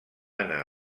anar